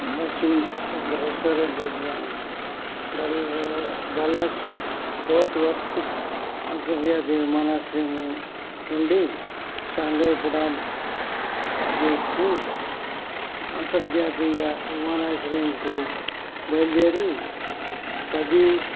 మనోజ్ సింగ్ ఒక రెస్టారెంట్ యజమాని డల్లా డల్లాస్ ఫోర్ట్ వర్త్ అంతర్జాతీయ విమానాశ్రయము నుండి షాంఘై పుండాంగ్ అంతర్జాతీయ విమానాశ్రయంకు బయలుదేరి పది